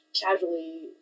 casually